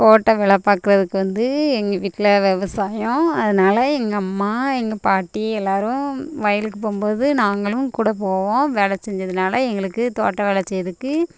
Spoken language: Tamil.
தோட்ட வேலை பாக்கிறதுக்கு வந்து எங்கள் வீட்டில் வெவசாயம் அதனால எங்கள் அம்மா எங்கள் பாட்டி எல்லோரும் வயலுக்கு போகும்போது நாங்களும் கூட போவோம் வேலைச் செஞ்சதுனால எங்களுக்கு தோட்ட வேலைச் செய்றதுக்கு